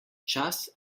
čas